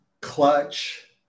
clutch